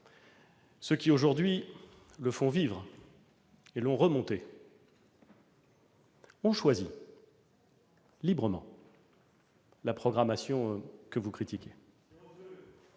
ceux qui aujourd'hui le font vivre et l'ont remonté ont choisi librement la programmation que vous critiquez.